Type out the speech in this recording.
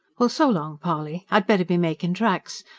well, so long, polly! i'd better be making tracks.